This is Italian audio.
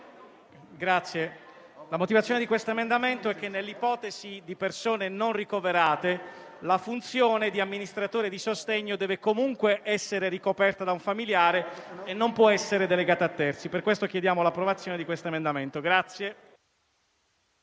Presidente, la motivazione di questo emendamento è che, nell'ipotesi di persone non ricoverate, le funzioni di amministratore di sostegno devono comunque essere ricoperte da un familiare e non possono essere delegate a terzi. Per questo chiediamo l'approvazione dell'emendamento in